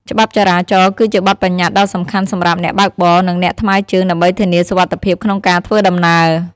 ច្បាប់ចរាចរណ៍គឺជាបទប្បញ្ញត្តិដ៏សំខាន់សម្រាប់អ្នកបើកបរ និងអ្នកថ្មើរជើងដើម្បីធានាសុវត្ថិភាពក្នុងការធ្វើដំណើរ។